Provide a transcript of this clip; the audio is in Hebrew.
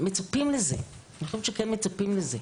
מצפים לזה, אני חושבת שכן מצפים לזה.